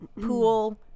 pool